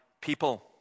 people